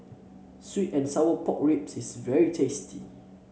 sweet and Sour Pork Ribs is very tasty